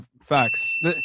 facts